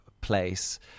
place